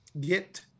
get